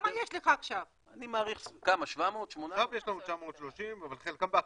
עכשיו יש לנו 930, אבל חלקם בהכשרה.